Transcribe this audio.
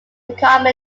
become